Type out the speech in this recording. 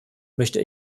möchte